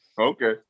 Okay